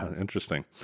Interesting